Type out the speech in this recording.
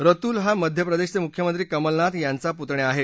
रतुल हा मध्य प्रदेशाचे मुख्यमंत्री कमलनाथ यांचा पुतण्या आहे